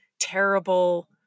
terrible